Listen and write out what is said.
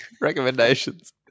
recommendations